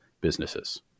businesses